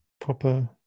proper